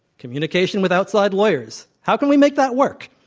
communication with outside lawyers, how can we make that work?